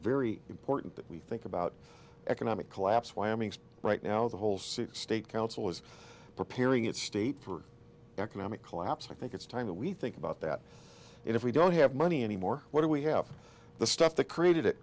very important that we think about economic collapse wyoming's right now the whole city state council is preparing its state for economic collapse i think it's time that we think about that if we don't have money anymore what do we have the stuff that created it